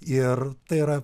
ir tai yra